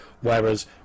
whereas